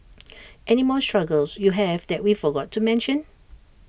any more struggles you have that we forgot to mention